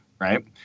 right